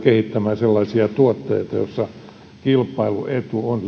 kehittämään sellaisia tuotteita joissa kilpailuetu on